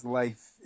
life